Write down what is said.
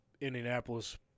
Indianapolis